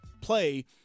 play –